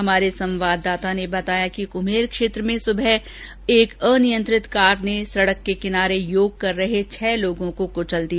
हमारे संवाददाता ने बताया कि कुम्हेर क्षेत्र में सुबह एक अनियंत्रित कार ने सड़क के किनारे योग कर रहे छह लोगों को कुचल दिया